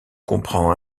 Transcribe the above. comprend